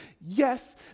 yes